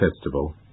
Festival